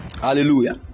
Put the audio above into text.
hallelujah